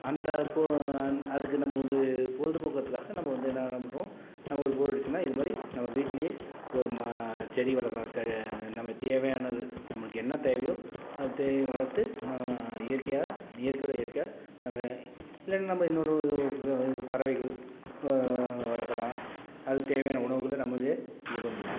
அந்த பொ அதுக்கு நம்ம வந்து பொழுதுபோக்குறத்துக்காக நம்ம வந்து என்னன்ன பண்ணுறோம் நமக்கு ஒரு போர் அடித்ததுனா இது மாதிரி நம்ம வீட்டிலையே ஒரு ம செடி வளர்க்கலாம் செ நமக்கு தேவையானது நம்மளுக்கு என்ன தேவையோ அதை தேடி வளர்த்து நான் இயற்கையாக இயற்கையோடு இயற்கையாக நம்ம இல்லாட்டி நம்ம இன்னொரு பறவைகள் வளர்க்கலாம் அதுக்குத் தேவையான உணவுகளை நம்மளே இது பண்ணலாம்